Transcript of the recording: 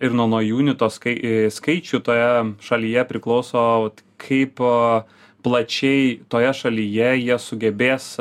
ir nuo nuo junito skai skaičių toje šalyje priklauso kaip plačiai toje šalyje jie sugebės